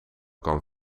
kan